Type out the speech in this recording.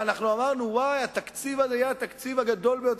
ואנחנו אמרנו: התקציב הזה יהיה התקציב הגדול ביותר.